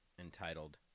entitled